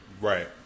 Right